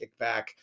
kickback